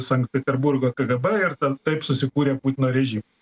sankt peterburgo kgb ir ten taip susikūrė putino režim